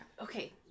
okay